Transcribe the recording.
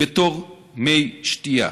בתור מי שתייה.